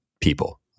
people